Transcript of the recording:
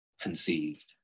conceived